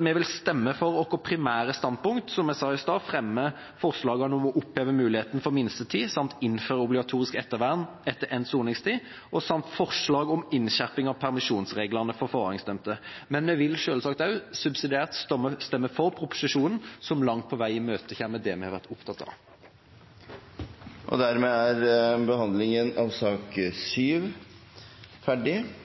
Vi vil stemme for vårt primære standpunkt, som jeg sa i stad, og fremme forslagene om å oppheve muligheten for prøveløslatelse ved sonet minstetid, innføre obligatorisk ettervern for forvaringsdømte etter endt soningstid samt innskjerping av permisjonsreglene for forvaringsdømte. Men vi vil selvsagt subsidiært stemme for proposisjonen, som langt på vei imøtekommer det vi har vært opptatt av. Flere har ikke bedt om ordet til sakene nr. 6 og